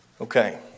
Okay